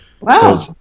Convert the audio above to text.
Wow